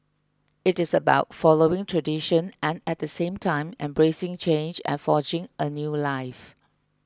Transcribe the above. it is about following tradition and at the same time embracing change and forging a new life